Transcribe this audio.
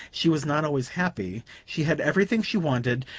she was not always happy. she had everything she wanted,